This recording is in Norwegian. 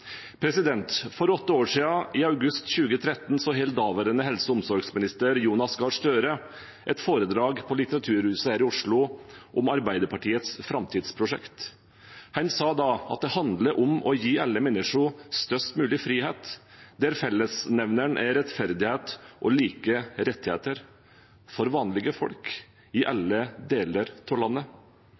For åtte år siden, i august 2013, holdt daværende helse- og omsorgsminister Jonas Gahr Støre et foredrag på Litteraturhuset her i Oslo om Arbeiderpartiets framtidsprosjekt. Han sa da at det handler om å gi alle mennesker størst mulig frihet, der fellesnevneren er rettferdighet og like rettigheter for vanlige folk, i alle deler av landet.